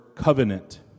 Covenant